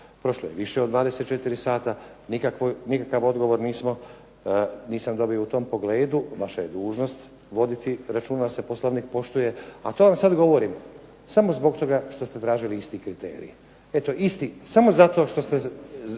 prošlo je više od 24 sata, nikakav odgovor nisam dobio u tom pogledu, vaša je dužnost voditi računa da se Poslovnik poštuje, a to vam sad govorim samo zbog toga što ste tražili isti kriterij. Eto isti, samo zato što ste